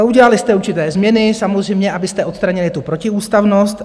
Udělali jste určité změny samozřejmě, abyste odstranili tu protiústavnost.